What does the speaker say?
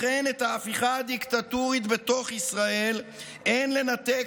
לכן את ההפיכה הדיקטטורית בתוך ישראל אין לנתק